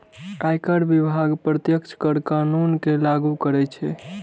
आयकर विभाग प्रत्यक्ष कर कानून कें लागू करै छै